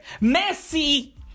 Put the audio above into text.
Messi